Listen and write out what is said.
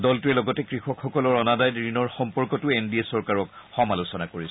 দলটোৱে লগতে কৃষকসকলৰ অনাদায় ঋণৰ সম্পৰ্কটো এন ডি এ চৰকাৰক সমালোচনা কৰিছে